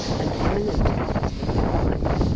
an eminent oxford divine,